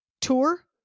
tour